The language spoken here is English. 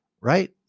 right